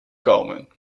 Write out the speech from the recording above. komen